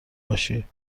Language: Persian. باشی